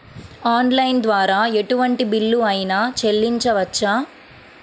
Online ద్వారా ఎటువంటి bill అయినా చెల్లించవచ్చా?